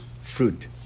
fruit